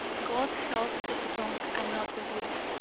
god helps the strong and not the weak.